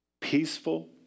peaceful